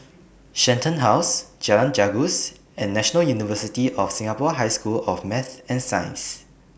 Shenton House Jalan Gajus and National University of Singapore High School of Math and Science